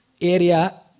area